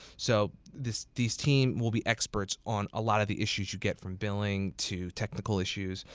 so this this team will be experts on a lot of the issues you get from billing to technical issues,